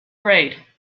grade